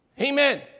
Amen